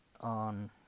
on